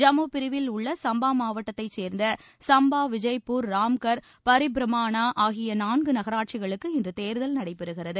ஜம்மு பிரிவில் உள்ள சம்பா மாவட்டத்தைச் சேர்ந்த சம்பா விஜய்பூர் ராம்கர் பரிபிராமணா ஆகிய நான்கு நகராட்சிகளுக்கு இன்று தேர்தல் நடைபெறுகிறது